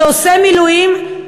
שעושה מילואים,